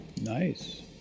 Nice